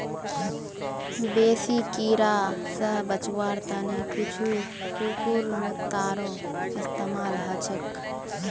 बेसी कीरा स बचवार त न कुछू कुकुरमुत्तारो इस्तमाल ह छेक